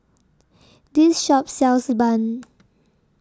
This Shop sells Bun